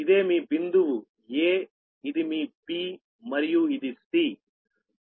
ఇదే మీ బిందువు 'a'ఇది మీ 'b' మరియు ఇది 'c'